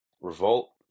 Revolt